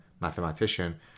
mathematician